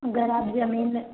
अगर आप जमीन में